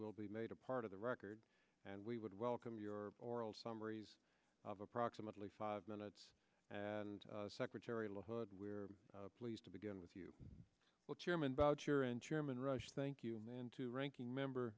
will be made a part of the record and we would welcome your oral summaries of approximately five minutes and secretary la hood we're pleased to begin with you will chairman boucher and chairman rush thank you and then to ranking member